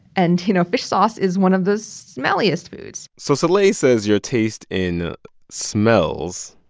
and, you know, fish sauce is one of the smelliest foods so soleil says your taste in smells.